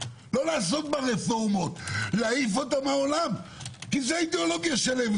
לא לעסוק ברפורמות אלא להעיף מהעולם כי זה האידיאולוגיה שלהם.